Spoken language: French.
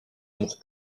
amour